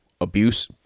abuse